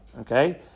Okay